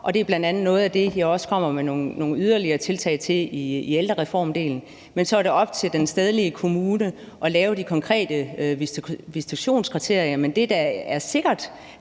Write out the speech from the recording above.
det er bl.a. noget af det, jeg også kommer med nogle yderligere tiltag til i ældrereformdelen. Men så er det op til den stedlige kommune at lave de konkrete visitationskriterier. Det, der er sikkert,